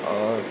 और